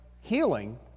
healing